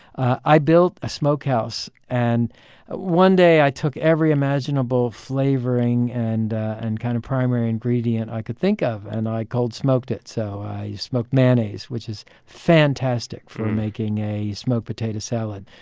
i built a smokehouse and ah one day i took every imaginable flavoring and and kind of primary ingredient i could think of, then and i cold smoked it. so i smoked mayonnaise, which is fantastic for making a smoked potato salad.